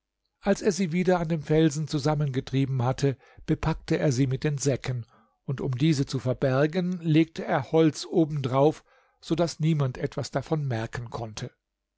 als er sie wieder an dem felsen zusammengetrieben hatte bepackte er sie mit den säcken und um diese zu verbergen legte er holz oben drauf so daß niemand etwas davon merken konnte